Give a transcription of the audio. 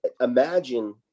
Imagine